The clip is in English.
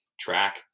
track